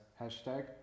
hashtag